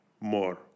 more